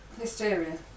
Hysteria